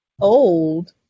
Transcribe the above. old